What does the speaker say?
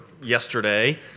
Yesterday